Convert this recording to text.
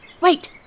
Wait